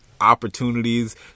opportunities